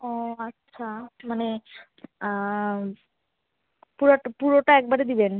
ও আচ্ছা মানে পুরোটা পুরোটা একবারে দিবেন